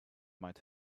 might